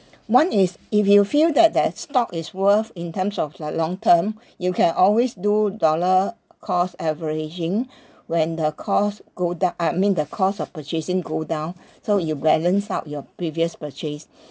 one is if you feel that that stock is worth in terms of like long term you can always do dollar cost averaging when the cost go down uh I mean the cost of purchasing go down so you balance out your previous purchase